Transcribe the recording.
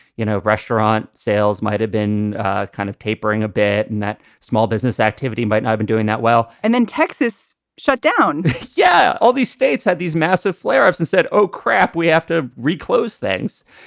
you know, restaurant sales might have been kind of tapering a bit and that small business activity might have been doing that well and then texas shut down yeah, all these states had these massive flare ups and said, oh, crap, we have to reclose things.